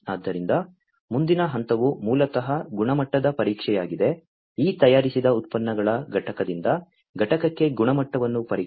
ಆದ್ದರಿಂದ ಮುಂದಿನ ಹಂತವು ಮೂಲತಃ ಗುಣಮಟ್ಟದ ಪರೀಕ್ಷೆಯಾಗಿದೆ ಈ ತಯಾರಿಸಿದ ಉತ್ಪನ್ನಗಳ ಘಟಕದಿಂದ ಘಟಕಕೆ ಗುಣಮಟ್ಟವನ್ನು ಪರೀಕ್ಷಿಸಿ